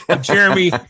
Jeremy